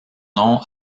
nom